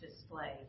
display